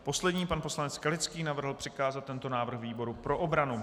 Poslední, pan poslanec Skalický navrhl přikázat tento návrh výboru pro obranu.